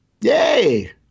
yay